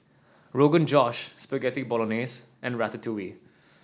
Rogan Josh Spaghetti Bolognese and Ratatouille